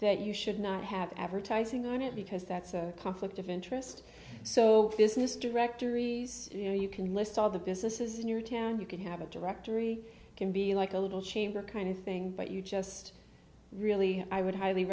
that you should not have advertising on it because that's a conflict of interest so business directory you know you can list all the businesses in your town you can have a directory can be like a little chamber kind of thing but you just really i would highly